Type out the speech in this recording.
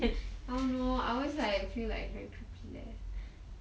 I don't know I always like feel like very creepy leh